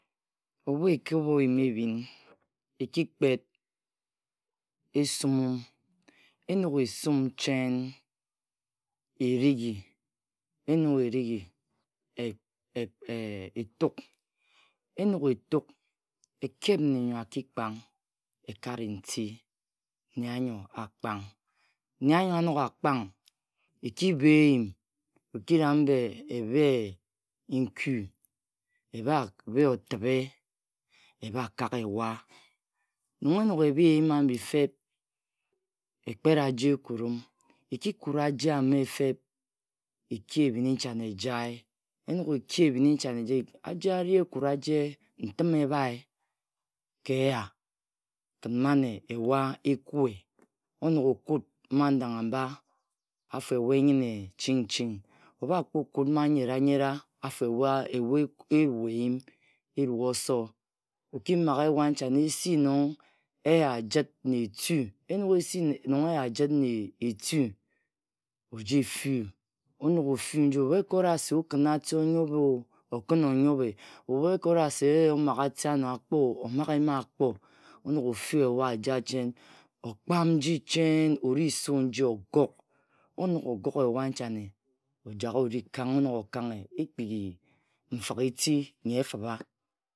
Ebhu ekiba oyim ebhin, ekikpet esumum. Enog esum chen, erighi. Enog erighi, e-e etuk. Enog-etu, ekep nne nyo aki-kpang, ekare nti, nne anyo akpang. Nne-anyo anog akpang, eki bhe eyim. Eki rang-mba ebhe nkuu, ebha bhe otibhe, ebha kak ewa. Nong enog ebhe eyim abhi feb, ekpet aje-e ekurihm. Ekikut aje-e ame feb, eki ebhin nchane jae. Enog eki ebhin nchane aje ari ekura aje nhin ebhae ka eya khin mane ewa ekue. Onog okut mma ndanghamba afo ewa enyine ching-ching, obha kpo-kut mma nyera-nyera, afo ewa erue inyim, erue oso. Okimaghe ewa nchane esi nong eya jit na etu. Enog esi nong eyajit na etu, oji fu-u. Onog ofu nji ebhu ekora se okina ati onyobhe-o, okin onyobhe. Ebhu ekora se eh omagha ati ama akpo-o, omaghe mma akpo. Onog ofu ewa eja chen, okpam nji che-en, oji su nji, ogog. Onog ogog ewa nchane, ojak oji kanghe, onog okanghe, ekpigi nfik-eti nhi efibha.